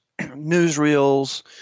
newsreels